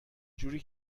جوری